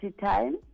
time